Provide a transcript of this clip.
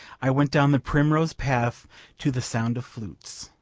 i went down the primrose path to the sound of flutes.